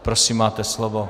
Prosím, máte slovo.